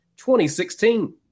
2016